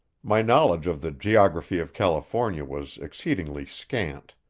my knowledge of the geography of california was exceedingly scant.